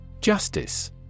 Justice